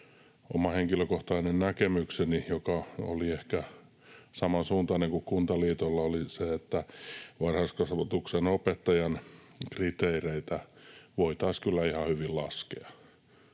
oma henkilökohtainen näkemykseni, joka on ehkä samansuuntainen kuin Kuntaliitolla oli, on se, että varhaiskasvatuksen opettajan kriteereitä voitaisiin kyllä ihan hyvin laskea.